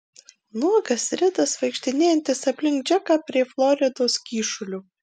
nuogas ridas vaikštinėjantis aplink džeką prie floridos kyšulio